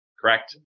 correct